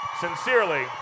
sincerely